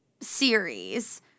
series